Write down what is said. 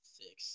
six